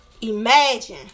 Imagine